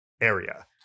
area